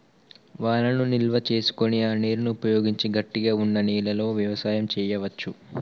వానను నిల్వ చేసుకొని ఆ నీరును ఉపయోగించి గట్టిగ వున్నా నెలలో వ్యవసాయం చెయ్యవచు